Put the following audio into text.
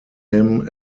him